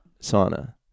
sauna